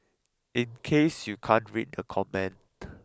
in case you can't read the comment